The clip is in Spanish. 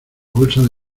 bolsas